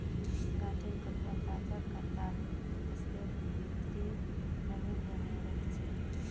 गांठेंर कपडा तजा कटाल फसलेर भित्रीर नमीक बनयें रखे छै